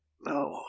No